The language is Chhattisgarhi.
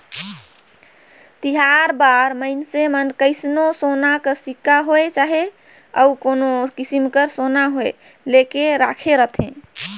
तिहार बार मइनसे मन कइसनो सोना कर सिक्का होए चहे अउ कोनो किसिम कर सोना होए लेके राखे रहथें